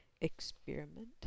experiment